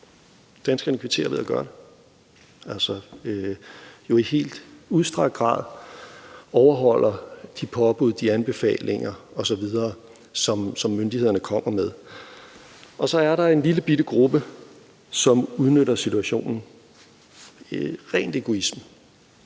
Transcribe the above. Danskerne kvitterer ved at gøre det, altså ved i helt udstrakt grad at overholde de påbud, de anbefalinger osv., som myndighederne kommer med. Så er der en lillebitte gruppe, som udnytter situationen – af ren egoisme,